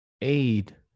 aid